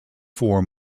four